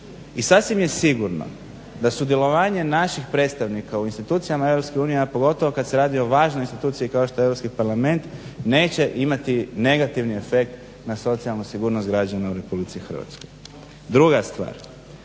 I sasvim je sigurno da sudjelovanje naših predstavnika u institucijama Europske unije a pogotovo kada se radi o važnoj instituciji kao što je Europski parlament neće imati negativni efekt na socijalnu sigurnost građana u Republici Hrvatskoj. Druga stvar.